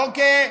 אוקיי,